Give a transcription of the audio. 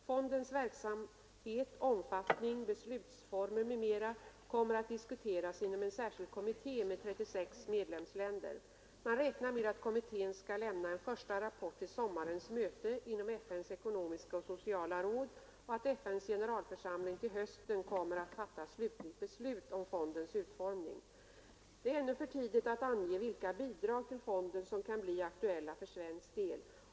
Fondens verksamhet, omfattning, beslutsformer m.m. kommer att diskuteras inom en särskild kommitté med 36 medlemsländer. Man räknar med att kommittén skall lämna en första rapport till sommarens möte inom FN:s ekonomiska och sociala råd och att FN:s generalförsamling till hösten kommer att fatta slutligt beslut om fondens utformning. Det är ännu för tidigt att ange vilka bidrag till fonden som kan bli aktuella för svensk del.